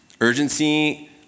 Urgency